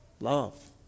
Love